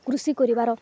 କୃଷି କରିବାର